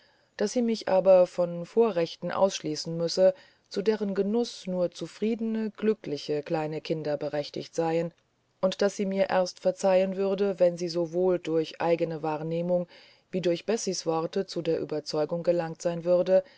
daß sie mich aber von vorrechten ausschließen müsse zu deren genuß nur zufriedene glückliche kleine kinder berechtigt seien und daß sie mir erst verzeihen würde wenn sie sowohl durch eigene wahrnehmung wie durch bessie's worte zu der überzeugung gelangt sein würde